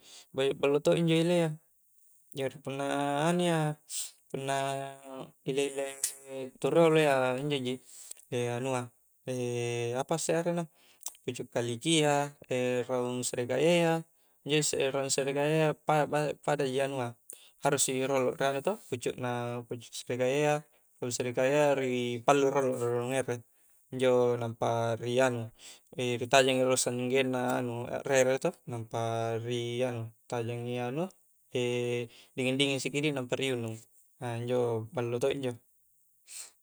Ba-ballo to injo ilea jari punna anu ia, punna ile-ile tu rioloa ia, injoji anua, apas arenna pucuk kalikia, raung serikaya ia, injo raung serikayya pada ji anua harus i rolo ri anu toh pucukna, pucuk sarikaya iyya raung serikayayya ri pallu i rolo rurung ere, injo nampa ri anu ri tajang rolo sanggenna anu a rere toh namapa ri anu ritajangi anu dinging-dinging sikiddi nampa ri inung, injo ballo to' injo.